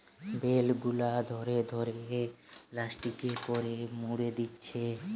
bell গুলা ধরে ধরে প্লাস্টিকে করে মুড়ে দিচ্ছে